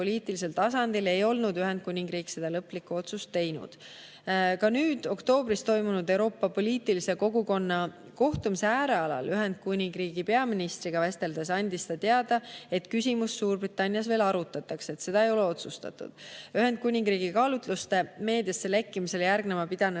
tasandil ei olnud Ühendkuningriik seda lõplikku otsust teinud. Ka oktoobris toimunud Euroopa poliitilise kogukonna kohtumisel Ühendkuningriigi peaministriga vesteldes sain temalt teada, et küsimust Suurbritannias veel arutatakse ja seda ei ole veel ära otsustatud. Ühendkuningriigi kaalutluste meediasse lekkimisele järgnema pidanud